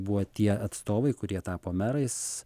buvo tie atstovai kurie tapo merais